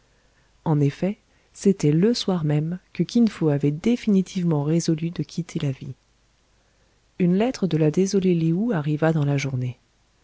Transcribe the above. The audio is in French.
en effet c'était le soir même que kin fo avait définitivement résolu de quitter la vie une lettre de la désolée lé ou arriva dans la journée